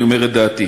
אני אומר את דעתי.